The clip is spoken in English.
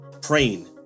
praying